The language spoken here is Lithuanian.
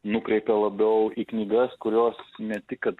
nukreipė labiau į knygas kurios ne tik kad